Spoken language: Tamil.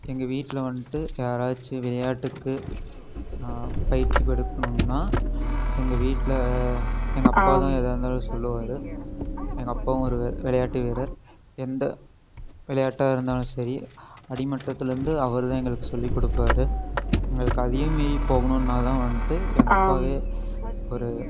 எங்கள் வீட்டில் வந்துட்டு யாராச்சும் விளையாட்டுக்கு பயிற்சி கொடுக்கணும்ன்னால் எங்கள் வீட்டில் எங்கள் அப்பா தான் ஏதா இருந்தாலும் சொல்லுவார் எங்கள் அப்பாவும் ஒரு விளையாட்டு வீரர் எந்த விளையாட்டாக இருந்தாலும் சரி அடிமட்டத்துலேருந்து அவர் தான் எங்களுக்கு சொல்லிக்கொடுப்பாரு அதுக்கு அதையும் மீறி போகணுன்னால் தான் வந்துட்டு எங்கள் அப்பாவே ஒரு